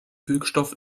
wirkstoff